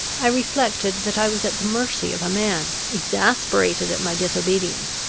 i reflected that i was at the mercy of a man, exasperated at my disobedience,